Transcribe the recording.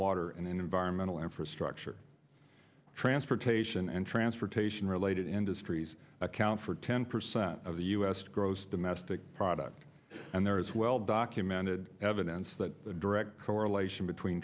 water and environmental and for structure transportation and transportation related industries account for ten percent of the u s gross domestic product and there is well documented evidence that a direct correlation between